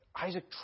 Isaac